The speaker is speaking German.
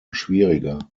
schwieriger